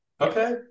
okay